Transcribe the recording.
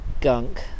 gunk